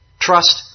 trust